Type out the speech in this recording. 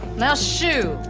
now shoo,